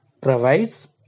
provides